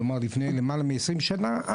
כלומר למעלה מעשרים שנה.